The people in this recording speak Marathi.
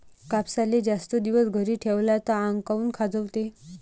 कापसाले जास्त दिवस घरी ठेवला त आंग काऊन खाजवते?